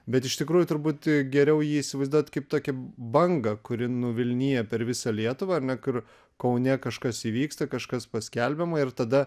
bet iš tikrųjų turbūt geriau jį įsivaizduot kaip tokį bangą kuri nuvilnija per visą lietuvą ar ne kur kaune kažkas įvyksta kažkas paskelbiama ir tada